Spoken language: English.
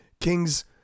Kings